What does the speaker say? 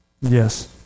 Yes